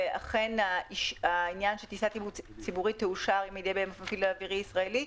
אכן העניין שטיסת ציבורית תאושר אם על ידי מפעיל אווירי ישראלי,